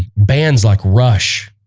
bands like rush